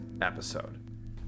episode